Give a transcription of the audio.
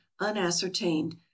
unascertained